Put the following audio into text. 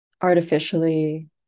artificially